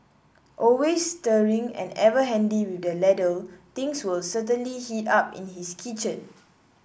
always stirring and ever handy with the ladle things will certainly heat up in his kitchen